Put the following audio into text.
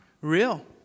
real